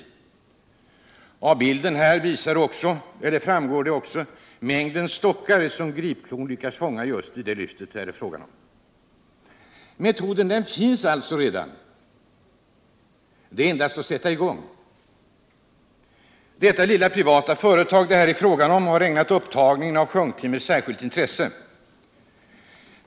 Av bilden framgår även mängden stockar som gripklon lyckats fånga i lyftet. Metoden finns alltså redan. Det är endast att sätta i gång. Det lilla privata företag det här är fråga om har ägnat upptagningen av sjunktimmer särskilt intresse.